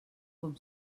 com